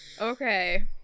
Okay